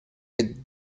with